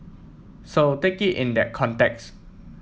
so take it in that context